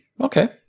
Okay